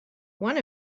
one